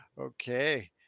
Okay